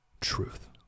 truth